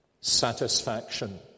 satisfaction